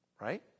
Right